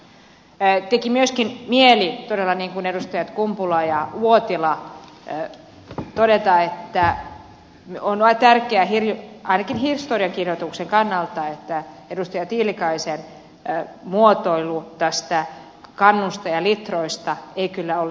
teki myöskin todella mieli niin kuin edustajat kumpula natri ja uotila todeta että on tärkeää ainakin historiankirjoituksen kannalta että edustaja tiilikaisen muotoilu tästä kannusta ja litroista ei kyllä ole se pätevä